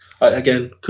Again